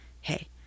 hey